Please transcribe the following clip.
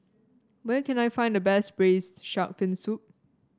where can I find the best Braised Shark Fin Soup